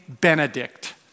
Benedict